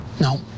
no